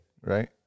Right